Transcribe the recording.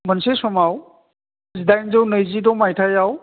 मोनसे समाव जिदाइनजौ नैजिद' माइथायाव